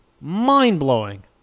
Mind-blowing